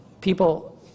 People